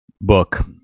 book